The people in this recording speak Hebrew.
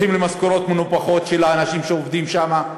למשכורות מנופחות של האנשים שעובדים שם,